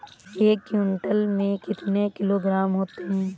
एक क्विंटल में कितने किलोग्राम होते हैं?